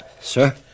sir